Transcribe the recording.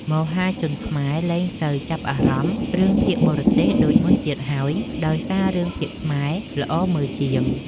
មហាជនខ្មែរលែងសូវចាប់អារម្មណ៍រឿងភាគបរទេសដូចមុនទៀតហើយដោយសាររឿងភាគខ្មែរល្អមើលជាង។